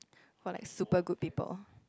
for like super good people